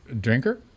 drinker